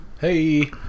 Hey